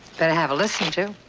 better have a listen, too.